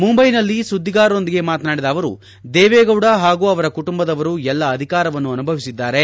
ಮುಂಬೈನಲ್ಲಿ ಸುದ್ದಿಗಾರರೊಂದಿಗೆ ಮಾತನಾಡಿದ ಅವರು ದೇವೇಗೌಡ ಹಾಗೂ ಅವರ ಕುಟುಂಬದವರು ಎಲ್ಲ ಅಧಿಕಾರವನ್ನು ಅನುಭವಿಸಿದ್ದಾರೆ